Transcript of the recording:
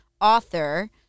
author